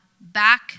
back